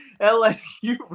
LSU